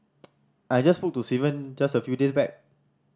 I just spoke to Steven just a few days back